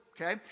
okay